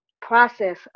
process